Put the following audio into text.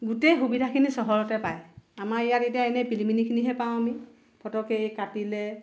গোটেই সুবিধাখিনি চহৰতে পায় আমাৰ ইয়াত এতিয়া এনেই প্ৰিলিমিনিখিনিহে পাওঁ আমি ফতককৈ এই কাটিলে